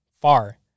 far